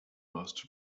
most